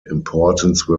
importance